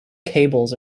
cables